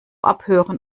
abhören